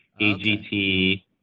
AGT